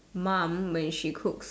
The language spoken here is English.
mum when she cooks A